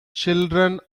children